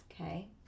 Okay